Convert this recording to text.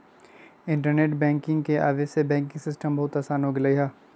internet banking के आवे से बैंकिंग सिस्टम बहुत आसान हो गेलई ह